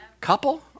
couple